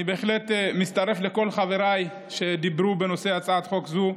אני מצטרף לכל חבריי שדיברו על הצעת חוק זו.